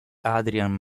adrian